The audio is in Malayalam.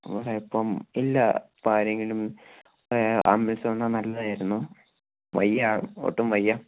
ഇല്ല ഇപ്പം ഇല്ല ഇപ്പോൾ ആരെങ്കിലും അന്വേഷിച്ച് വന്നാൽ നല്ലതായിരുന്നു വയ്യ ഒട്ടും വയ്യ